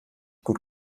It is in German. gut